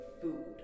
food